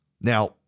Now